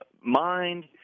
mind